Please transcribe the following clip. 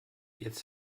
jetzt